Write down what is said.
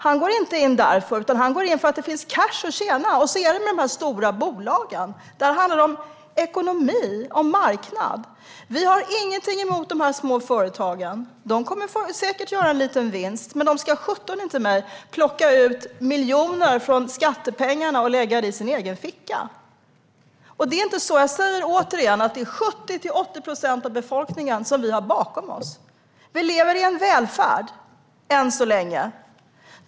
Han går inte in därför, utan han går in för att det finns cash att tjäna. Så är det med de här stora bolagen. Där handlar det om ekonomi, om marknad. Vi har ingenting emot de små företagen. De kommer säkert att göra en liten vinst, men de ska ta mig sjutton inte plocka ut miljoner från skattepengarna och lägga dem i sin egen ficka. Och jag säger återigen att det är 70-80 procent av befolkningen som vi har bakom oss. Vi lever i en välfärdsstat - än så länge.